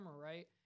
right